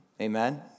Amen